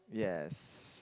yes